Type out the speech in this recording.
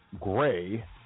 gray